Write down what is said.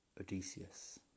Odysseus